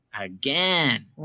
again